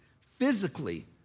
physically